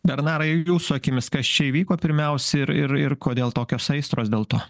bernarai ir jūsų akimis kas čia įvyko pirmiausia ir ir ir kodėl tokios aistros dėl to